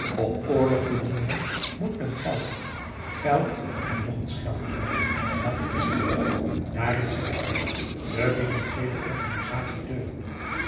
om oorlog te voeren moet men geld hebben geld en nog eens geld en dàt is er niet dààrin zit de kneep de finantiëele organisatie deugt niet